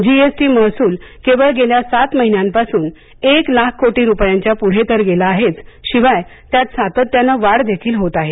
जी S T महसूल केवळ गेल्या सात महिन्यांपासून एक लाख कोटी रुपयांच्या पुढे तर गेला आहेच शिवाय त्यात सातत्याने वाढदेखील होत आहे